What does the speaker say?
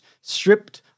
stripped